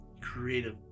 Creative